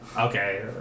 Okay